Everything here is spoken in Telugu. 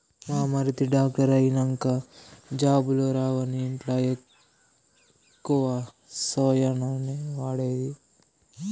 మా మరిది డాక్టర్ అయినంక జబ్బులు రావని ఇంట్ల ఎక్కువ సోయా నూనె వాడేది